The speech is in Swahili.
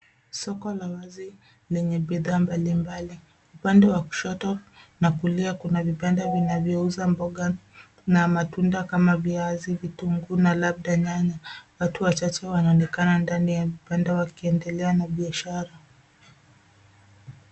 Soko la wazi lenye bidhaa mbalimbali. Upande wa kushoto na kulia kuna vibanda vinavyouza mboga na matunda kama viazi, vitunguu na labda nyanya. Watu wachache wanaonekana ndani ya vibanda wakiendelea na biashara.